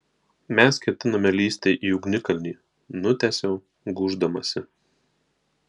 mes ketiname lįsti į ugnikalnį nutęsiau gūždamasi